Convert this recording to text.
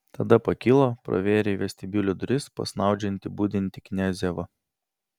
tada pakilo pravėrė į vestibiulį duris pas snaudžiantį budintį kniazevą